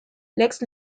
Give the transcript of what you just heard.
lex